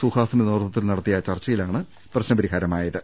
സുഹാസിന്റെ നേതൃത്വത്തിൽ നട ത്തിയ ചർച്ചയിലാണ് പ്രശ്ന പരിഹാരമായത്